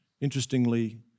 Interestingly